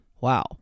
Wow